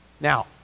Now